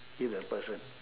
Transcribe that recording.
it's the person